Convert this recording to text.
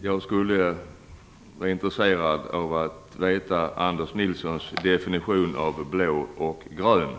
Jag är intresserad av att få höra hans definition av blått och grönt.